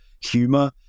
humor